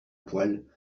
poil